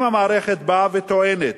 אם המערכת באה וטוענת